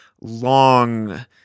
long